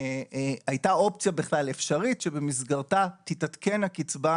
הייתה אופציה בכלל אפשרית שבמסגרתה תתעדכן הקצבה